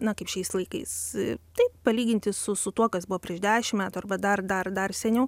na kaip šiais laikais taip palyginti su su tuo kas buvo prieš dešim metų arba dar dar dar seniau